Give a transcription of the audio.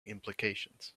implications